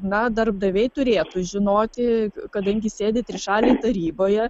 na darbdaviai turėtų žinoti kadangi sėdi trišalėj taryboje